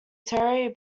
terry